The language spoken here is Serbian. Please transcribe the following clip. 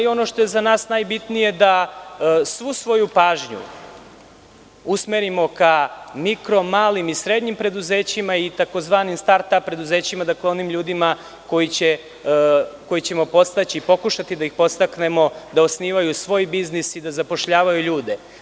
Ono što je za nas najbitnije, jeste da svu svoju pažnju usmerimo ka mikro malim i srednjim preduzećima i tzv. „start ap preduzećima“, dakle, onim ljudima koje ćemo podstaći, koje ćemo pokušati da podstaknemo da osnivaju svoj biznis i da zapošljavaju ljude.